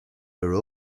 her